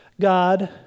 God